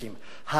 ההכחשה